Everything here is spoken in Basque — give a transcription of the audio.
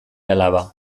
alaba